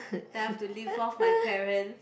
then I have to live off my parent